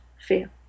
fear